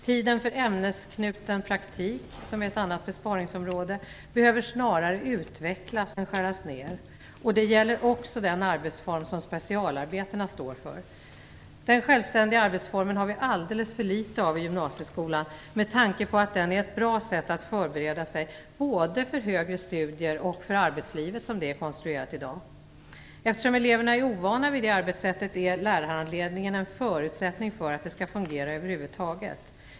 Tiden för ämnesanknuten praktik, vilket är ett annat besparingsområde, behöver snarare utvecklas än skäras ner, och det gäller också den arbetsform som specialarbetena står för. Den självständiga arbetsformen har vi alldeles för litet av i gymnasieskolan med tanke på att den är ett bra sätt att förbereda sig både för högre studier och för arbetslivet som det är konstruerat i dag. Eftersom eleverna är ovana vid det arbetssättet, är lärarhandledningen en förutsättning för att det skall fungera över huvud taget.